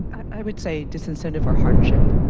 i would say disincentive or hardship.